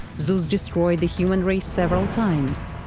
zeus destroyed the human race several times,